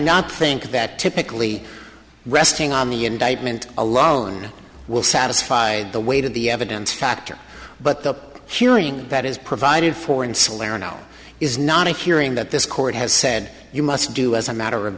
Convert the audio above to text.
not think that typically resting on the indictment alone will satisfy the weight of the evidence factor but the humoring that is provided for in salerno is not a hearing that this court has said you must do as a matter of